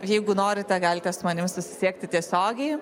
jeigu norite galite su manim susisiekti tiesiogiai